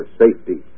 safety